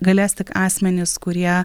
galės tik asmenys kurie